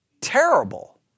terrible